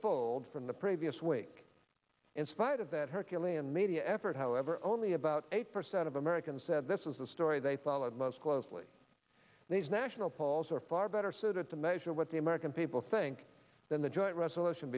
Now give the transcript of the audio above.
from the previous week in spite of that herculean media effort however only about eight percent of americans said this was the story they followed most closely these national polls are far better suited to measure what the american people think than the joint resolution